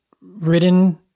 written